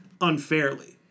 unfairly